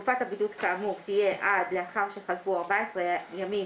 תקופת הבידוד כאמור תהיה עד לאחר שחלפו 14 ימים